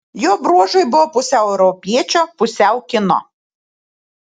jo bruožai buvo pusiau europiečio pusiau kino